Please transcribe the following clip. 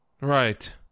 Right